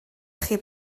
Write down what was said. chi